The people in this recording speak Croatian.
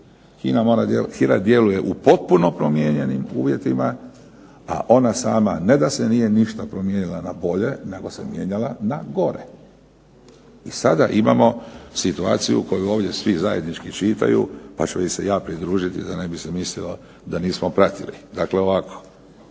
HINA djeluje u potpuno promijenjenim uvjetima, a ona sama ne da se nije ništa promijenila na bolje nego se mijenjala na gore. I sada imamo situaciju koju ovdje svi zajednički čitaju pa ću im se ja pridružiti da ne bi se mislilo da nismo pratili. Dakle, ovako.